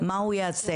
מה הוא יעשה?